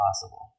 possible